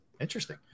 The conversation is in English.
interesting